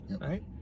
right